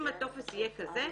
אם הטופס יהיה כזה,